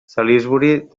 salisbury